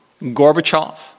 Gorbachev